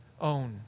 own